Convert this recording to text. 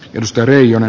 jos karjan